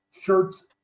shirts